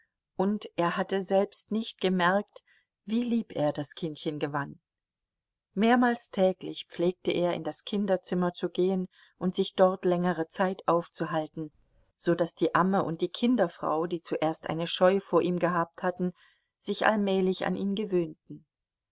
und er hatte selbst nicht gemerkt wie lieb er das kindchen gewann mehrmals täglich pflegte er in das kinderzimmer zu gehen und sich dort längere zeit aufzuhalten so daß die amme und die kinderfrau die zuerst eine scheu vor ihm gehabt hatten sich allmählich an ihn gewöhnten